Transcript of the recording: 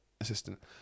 assistant